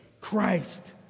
Christ